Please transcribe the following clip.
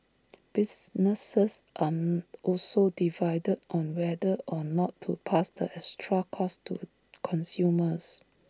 businesses are also divided on whether or not to pass the extra costs to consumers